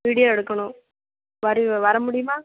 video எடுக்கணும் வர வர முடியுமா